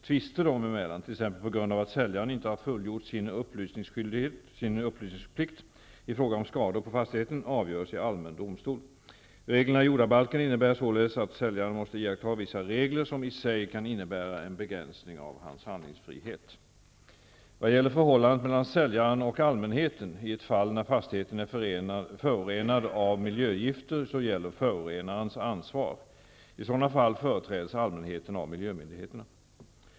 Tvister dem emellan, t.ex. på grund av att säljaren inte har fullgjort sin upplysningsplikt i fråga om skador på fastigheten, avgörs i allmän domstol. Reglerna i jordabalken innebär således att säljaren måste iaktta vissa regler som i sig kan innebära en begränsning av hans handlingsfrihet. Vad gäller förhållandet mellan säljaren och allmänheten, i ett fall när fastigheten är förorenad av miljögifter, gäller förorenarens ansvar. I sådana fall företräds allmänheten av miljömyndigheterna.